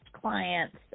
clients